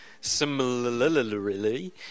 similarly